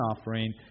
offering